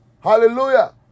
Hallelujah